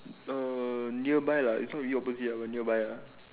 err nearby lah it's not really opposite but nearby lah